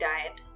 Diet